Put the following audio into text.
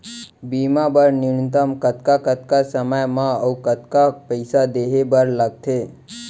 बीमा बर न्यूनतम कतका कतका समय मा अऊ कतका पइसा देहे बर लगथे